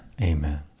amen